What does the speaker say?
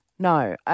No